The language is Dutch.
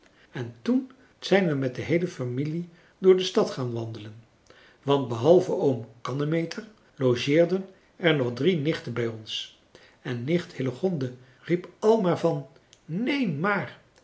en toen zijn we met de heele familie door de stad gaan wandelen want behalve oom kannemeter logeerden er nog drie nichten bij ons en nicht hillegonde riep al maar van neen maar